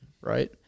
right